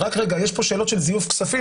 רק רגע, יש פה שאלות של זיוף כספים?